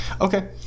Okay